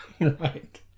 Right